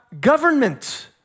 government